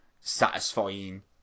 satisfying